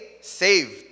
saved